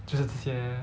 就是这些